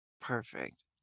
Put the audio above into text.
Perfect